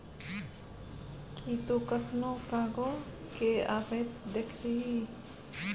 कि तु कखनहुँ कार्गो केँ अबैत देखलिही?